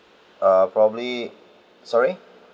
uh probably sorry